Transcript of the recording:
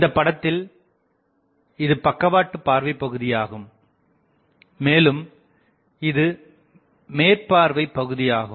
இந்தபடத்தில் இது பக்கவாட்டு பார்வைபகுதியாகும் மேலும் இது மேற்பார்வை பகுதியாகும்